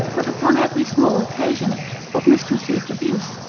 but upon every small occasion of misconceived abuse,